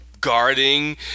guarding